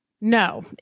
No